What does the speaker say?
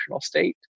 state